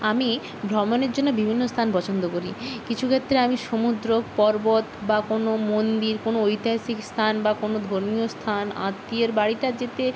আমি ভ্রমণের জন্য বিভিন্ন স্থান পছন্দ করি কিছু ক্ষেত্রে আমি সমুদ্র পর্বত বা কোনো মন্দির কোনো ঐতিহাসিক স্থান বা কোনো ধর্মীয় স্থান আত্মীয়ের বাড়িটা যেতে